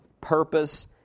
purpose